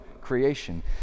creation